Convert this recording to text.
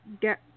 get